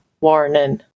warning